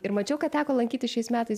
ir mačiau kad teko lankytis šiais metais